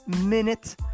minute